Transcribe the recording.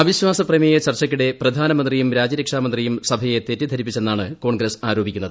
അവിശ്വാസ പ്രമേയ ചർച്ചയ്ക്കിടെ പ്രധാനമന്ത്രിയും രാജ്യരക്ഷാമന്ത്രിയും സഭയെ ്രത്റ്റിദ്ധരിപ്പിച്ചെന്നാണ് കോൺഗ്രസ് ആരോപിക്കുന്നത്